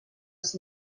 els